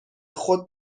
خود